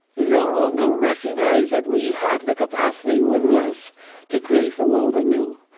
no longer recognize that we have the capacity within us to create the world anew.